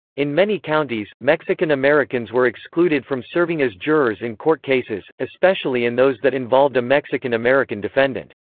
in many counties, mexican americans were excluded from serving as jurors in court cases, especially in those that involved a mexican american defendant.